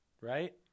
right